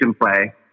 play